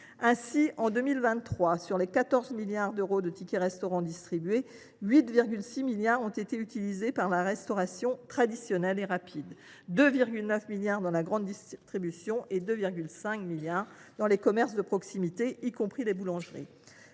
Ainsi, en 2023, sur les 14 milliards d’euros de tickets restaurant distribués, 8,6 milliards d’euros ont été utilisés dans la restauration traditionnelle ou rapide, 2,9 milliards d’euros dans la grande distribution et 2,5 milliards d’euros dans les commerces de proximité, dont les boulangeries.